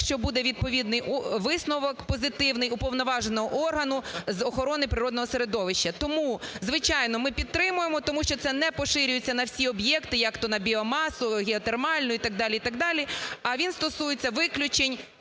якщо буде відповідний висновок позитивний уповноваженого органу з охорони природного середовища. Тому, звичайно, ми підтримуємо тому що це не поширюється на всі об'єкти, як-то: на біомасу, геотермальну і так далі, так далі. А він стосується виключень